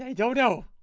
and don't know.